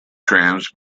trams